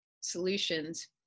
solutions